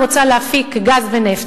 רוצה להפיק גז ונפט.